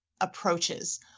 approaches